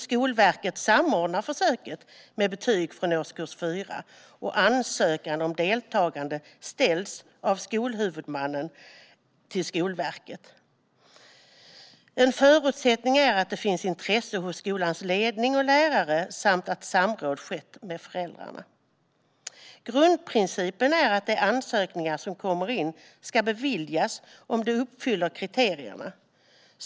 Skolverket samordnar försöket med betyg från årskurs 4, och ansökan om deltagande ställs av skolhuvudmannen till Skolverket. En förutsättning är att det finns intresse hos skolans ledning och lärare samt att samråd skett med föräldrarna. Grundprincipen är att de ansökningar som kommer in ska beviljas om de uppfyller kriterierna.